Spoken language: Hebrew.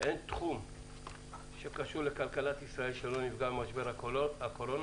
ואין תחום שקשור לכלכלת ישראל שלא נפגע ממשבר הקורונה.